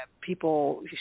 people